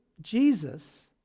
Jesus